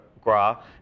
gras